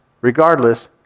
regardless